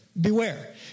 Beware